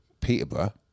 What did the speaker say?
Peterborough